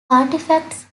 artifacts